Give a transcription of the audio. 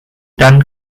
dan